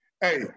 hey